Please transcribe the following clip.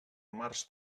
març